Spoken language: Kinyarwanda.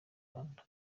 rwanda